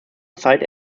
side